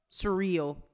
Surreal